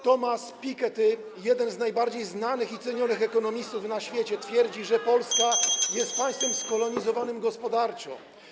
Thomas Piketty, jeden z najbardziej znanych i cenionych ekonomistów na świecie, [[Gwar na sali, dzwonek]] twierdzi, że Polska jest państwem skolonizowanym gospodarczo.